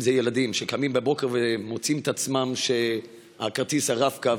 אם זה ילדים שקמים בבוקר ומוצאים את עצמם כשצריך להטעין את כרטיס הרב-קו